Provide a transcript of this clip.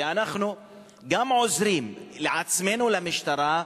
ואנחנו גם עוזרים לעצמנו ולמשטרה,